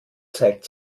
zeigt